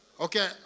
Okay